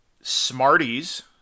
Smarties